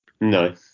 No